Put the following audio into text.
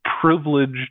privileged